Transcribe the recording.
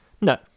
No